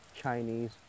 Chinese